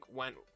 went